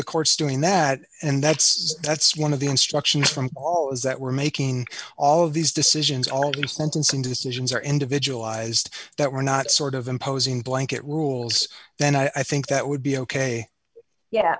the court's doing that and that's that's one of the instructions from all is that we're making all of these decisions all the sentencing decisions are individualized that we're not sort of imposing blanket rules then i think that would be ok yeah